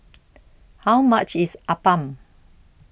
How much IS Appam